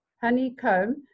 honeycomb